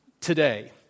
today